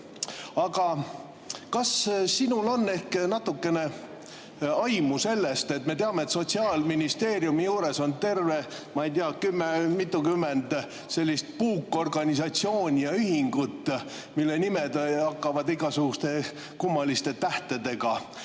Aga kas sinul on ehk natukene aimu sellest? Me teame, et Sotsiaalministeeriumi juures on, ma ei tea, mitukümmend sellist puukorganisatsiooni ja -ühingut, mille nimed hakkavad igasuguste kummaliste tähtedega